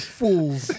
fools